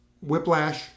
Whiplash